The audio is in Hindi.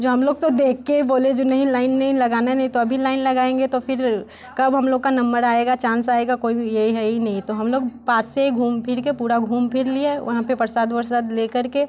जो हम लोग तो देख के ही बोले जो नहीं लाइन नहीं लगाना नहीं तो अभी लाइन लगाएँगे तो फिर कब हम लोग का नंबर आएगा चांस आएगा कोई भी ये है ही नहीं तो हम लोग पास से ही घूम फिर के पूरा घूम फिर लिए वहाँ पे प्रसाद वर्साद लेकर के